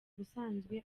busanzwe